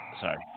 Sorry